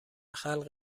خلق